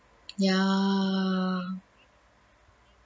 ya